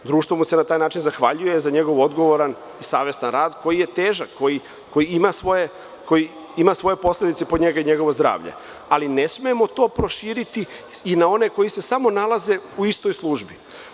Društvo mu se na taj način zahvaljuje za njegov odgovoran i savestan rad koji je težak, koji ima svoje posledice po njega i njegovo zdravlje, ali ne smemo to proširiti i na one koji se samo nalaze u istoj službi.